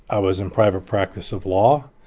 i was in private practice of law.